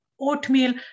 oatmeal